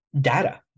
data